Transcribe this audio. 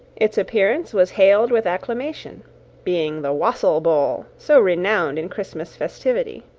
its appearance was hailed with acclamation being the wassail bowl, so renowned in christmas festivity.